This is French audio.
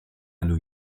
new